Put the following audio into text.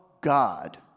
God